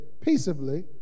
peaceably